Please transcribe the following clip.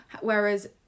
whereas